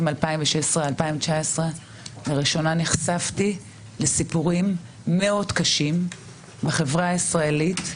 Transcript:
2019-2016. לראשונה נחשפתי לסיפורים מאוד קשים בחברה הישראלית,